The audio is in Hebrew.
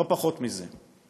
לא פחות מזה.